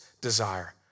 desire